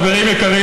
חברים יקרים,